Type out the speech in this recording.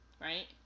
right